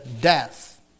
death